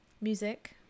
Music